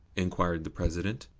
inquired the president.